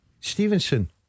Stevenson